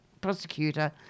prosecutor